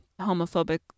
homophobic